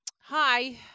hi